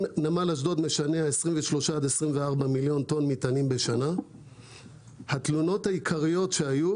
אם נמל אשדוד משנע 24-23 מיליון טון מטענים בשנה התלונות העיקריות שהיו,